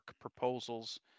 proposals